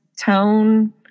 tone